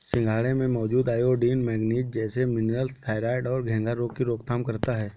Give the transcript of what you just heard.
सिंघाड़े में मौजूद आयोडीन, मैग्नीज जैसे मिनरल्स थायरॉइड और घेंघा रोग की रोकथाम करता है